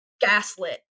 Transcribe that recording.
gaslit